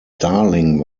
darling